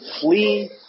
flee